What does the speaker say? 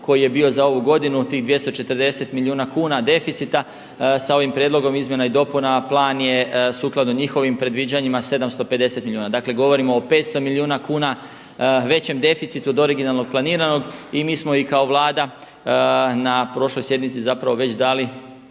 koji je bio za ovu godinu od tih 240 milijuna kuna deficita sa ovim prijedlogom izmjena i dopuna plan je sukladno njihovim predviđanjima 750 milijuna. Dakle, govorimo o 500 milijuna kuna većem deficitu od originalnog planirano i mi smo i kao Vlada na prošloj sjednici zapravo već dali